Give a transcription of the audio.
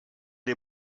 est